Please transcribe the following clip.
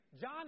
John